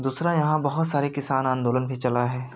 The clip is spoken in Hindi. दूसरा यहाँ बहुत सारा किसान आंदोलन भी चला है